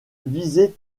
viser